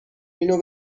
اینو